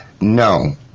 no